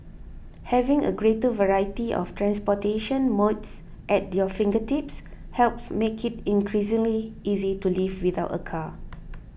having a greater variety of transportation modes at your fingertips helps make it increasingly easy to live without a car